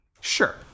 Sure